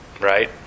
right